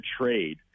trade